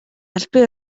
албан